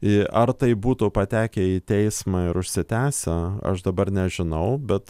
i ar tai būtų patekę į teismą ir užsitęsę aš dabar nežinau bet